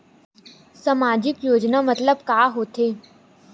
सामजिक योजना मतलब का होथे?